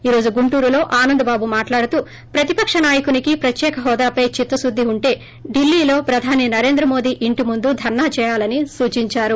ఈ రోజు గుంటూరులో ఆనందబాబు మాట్లాడుతూ ప్రతిపక నాయకునికి ప్రత్యెక హోదాపై చిత్త శుద్ది ఉంటె డిల్లీలో ప్రధాని నరేంద్ర మోడీ ఇంటి ముందు ధర్నా చేయాలని ఆనంద్బాబు సూచించారు